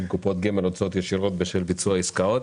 (קופות גמל) (הוצאות ישירות בשל ביצוע עסקאות),